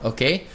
Okay